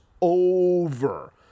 over